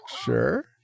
Sure